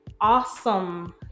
awesome